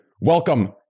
Welcome